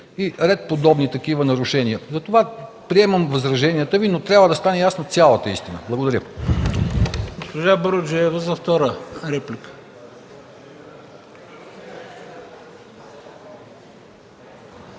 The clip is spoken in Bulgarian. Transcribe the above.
и ред подобни нарушения. Затова приемам възраженията Ви, но трябва да стане ясно цялата истина. Благодаря